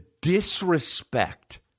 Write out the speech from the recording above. disrespect